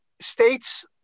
states